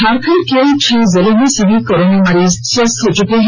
झारखंड के छह जिलों में सभी कोरोना मरीज स्वस्थ हो चुके हैं